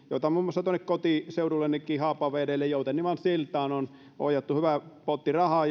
muun muassa tuonne kotiseudulleni haapavedelle joutennivan siltaan on ohjattu hyvä potti rahaa